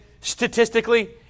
statistically